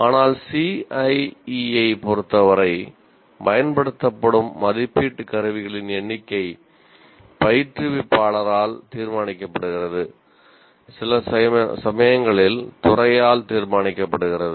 ஆனால் CIE ஐப் பொறுத்தவரை பயன்படுத்தப்படும் மதிப்பீட்டு கருவிகளின் எண்ணிக்கை பயிற்றுவிப்பாளரால் தீர்மானிக்கப்படுகிறது சில சமயங்களில் துறையால் தீர்மானிக்கப்படுகிறது